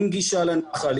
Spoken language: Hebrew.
עם גישה לנחל,